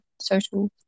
social